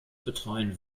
betreuen